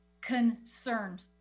concerned